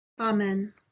Amen